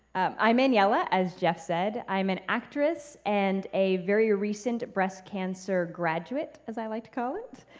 i'm aniela, as jeff said. i'm an actress and a very recent breast cancer graduate, as i like to call it,